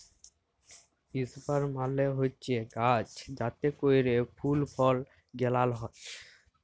ইসরাব মালে হছে গাহাচ যাতে ক্যইরে ফল ফুল গেলাল হ্যয়